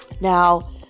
Now